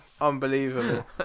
Unbelievable